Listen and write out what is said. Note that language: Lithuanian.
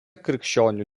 krikščionių